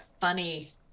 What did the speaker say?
funny